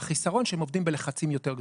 החיסרון הוא שהם עובדים בלחצים יותר גדולים.